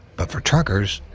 but for truckers,